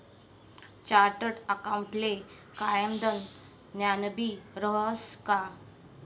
chartered अकाऊंटले कायदानं ज्ञानबी रहास का